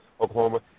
Oklahoma